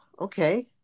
okay